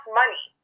money